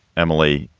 emily,